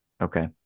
Okay